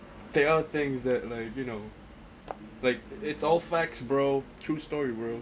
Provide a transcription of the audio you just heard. there are things that like you know like it's all facts bro true story bro